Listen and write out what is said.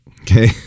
Okay